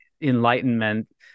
Enlightenment